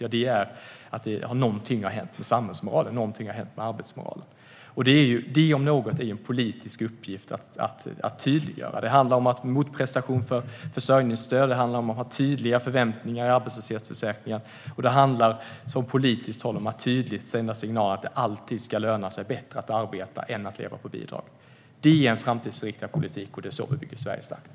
Jo, det är att något har hänt med samhällsmoralen och arbetsmoralen. Detta om något är en politisk uppgift att tydliggöra. Det handlar om motprestation för att få försörjningsstöd och om att ha tydliga förväntningar i arbetslöshetsförsäkringen. Det handlar om att från politiskt håll sända en tydlig signal att det alltid ska löna sig bättre att arbeta än att leva på bidrag. Det är en framtidsinriktad politik, och det är så vi bygger Sverige starkt.